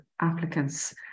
applicants